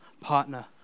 partner